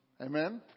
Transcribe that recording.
Amen